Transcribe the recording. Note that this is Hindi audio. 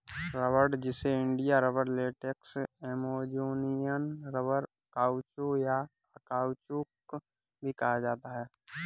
रबड़, जिसे India rubber, latex, Amazonian rubber, काउचो, या काउचौक भी कहा जाता है